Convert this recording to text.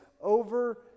over